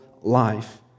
life